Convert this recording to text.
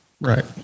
right